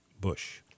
Bush